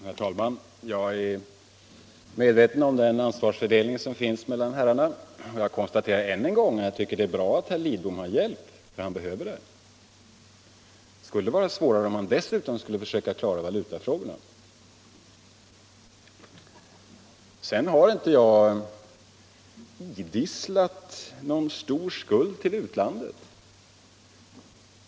Herr talman! Jag är medveten om den ansvarsfördelning som finns mellan herrarna Feldt och Lidbom, och jag konstaterar än en gång att det är bra att herr Lidbom har hjälp - han behöver det. Det skulle vara svårare om han dessutom skulle försöka klara valutafrågorna. Sedan har inte jag idisslat någon stor skuld till utlandet.